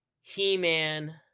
He-Man